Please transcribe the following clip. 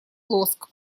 лоск